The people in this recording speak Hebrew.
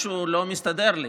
משהו לא מסתדר לי.